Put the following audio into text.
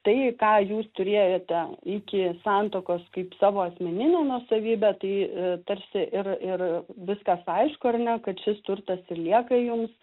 tai ką jūs turėjote iki santuokos kaip savo asmeninę nuosavybę tai tarsi ir ir viskas aišku ar ne kad šis turtas ir lieka jums